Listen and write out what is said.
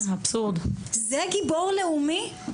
זה גיבור לאומי?